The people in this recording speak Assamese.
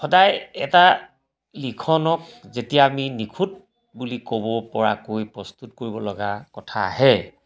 সদায় এটা লিখনক যেতিয়া আমি নিখুঁত বুলি ক'ব পৰাকৈ প্ৰস্তুত কৰিব লগা কথা আহে